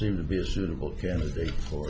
seem to be a suitable candidate for